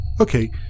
okay